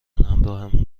همراهمون